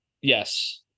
Yes